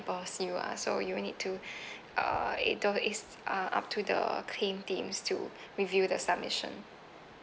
~burse you uh so you need to uh it though is uh up to the claim teams to review the submission